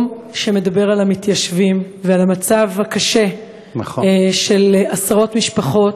שמדבר על המתיישבים ועל המצב הקשה של עשרות משפחות,